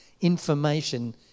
information